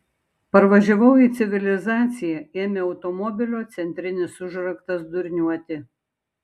parvažiavau į civilizaciją ėmė automobilio centrinis užraktas durniuoti